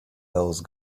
those